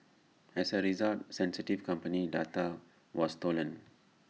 as A result sensitive company data was stolen